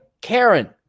Karen